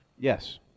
Yes